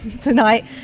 tonight